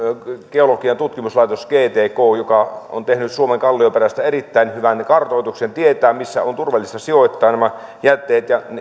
geologian tutkimuslaitos gtk joka on tehnyt suomen kallioperästä erittäin hyvän kartoituksen ja tietää mihin on turvallista sijoittaa nämä jätteet